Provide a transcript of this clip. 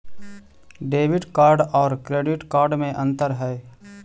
Debit card और credit card में अन्तर है?